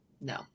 No